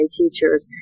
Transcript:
teachers